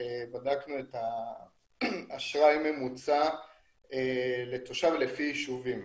בדקנו את האשראי הממוצע לתושב לפי יישובים.